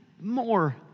more